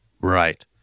Right